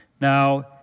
Now